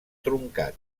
truncat